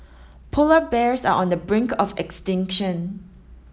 polar bears are on the brink of extinction